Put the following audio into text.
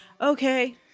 Okay